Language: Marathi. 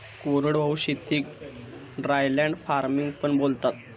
कोरडवाहू शेतीक ड्रायलँड फार्मिंग पण बोलतात